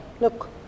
look